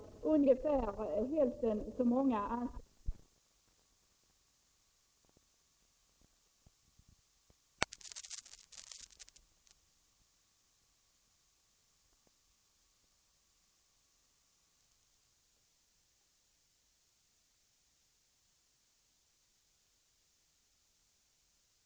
När herr Bergqvist säger att vi skall ha en fast politik för trädgårdsnäringen framöver blir jag mycket nyfiken på vad detta innebär.